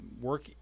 work